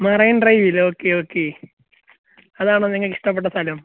marine ഡ്രൈവിൽ okay okay അതാണോ നിങ്ങൾക്ക് ഇഷ്ടപ്പെട്ട സ്ഥലം